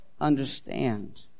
understand